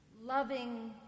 loving